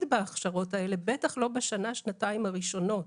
בהכשרות האלה ובטח שלא בשנה שנתיים הראשונות.